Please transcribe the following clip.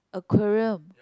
aquarium